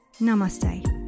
Namaste